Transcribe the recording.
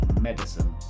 Medicine